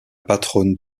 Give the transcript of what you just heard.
patronne